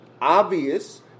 obvious